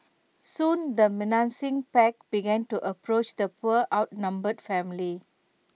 soon the menacing pack began to approach the poor outnumbered family